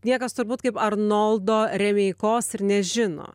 niekas turbūt kaip arnoldo remeikos ir nežino